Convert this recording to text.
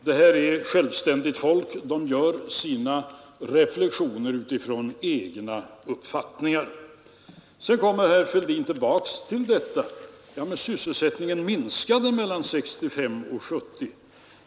Det här är självständiga personer de gör sina reflexioner utifrån egna uppfattningar. Sedan kommer herr Helén tillbaka till detta: Ja, men sysselsättningen minskade mellan 1965 och 1970.